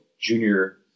junior